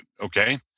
Okay